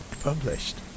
published